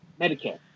Medicare